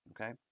Okay